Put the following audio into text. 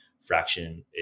fraction